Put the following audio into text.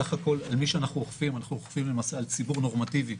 בסך הכול אנחנו אוכפים על ציבור נורמטיבי